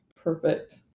Perfect